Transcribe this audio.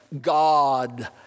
God